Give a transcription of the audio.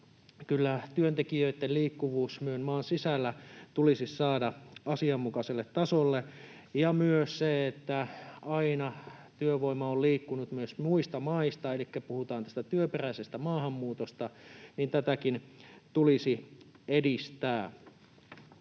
työntekijöitten liikkuvuus myös maan sisällä tulisi saada asianmukaiselle tasolle, ja aina on työvoima liikkunut myös muista maista, elikkä puhutaan tästä työperäisestä maahanmuutosta, ja tätäkin tulisi edistää.